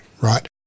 right